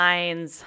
Lines